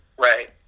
Right